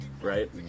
right